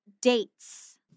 dates